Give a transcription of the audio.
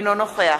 אינו נוכח